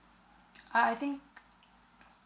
I I think